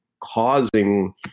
causing